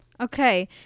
Okay